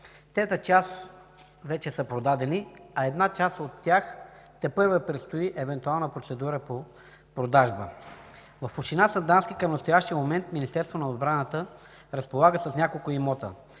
трета част вече са продадени, а при една част от тях тепърва предстои евентуална процедура по продажба. В община Сандански към настоящия момент Министерството на отбраната разполага с няколко имота.